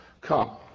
come